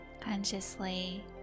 consciously